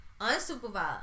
unsupervised